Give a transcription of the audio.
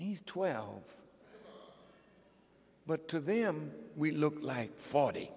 he's twelve but to them we looked like forty